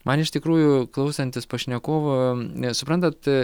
man iš tikrųjų klausantis pašnekovo suprantat